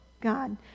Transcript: God